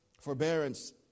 Forbearance